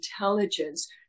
intelligence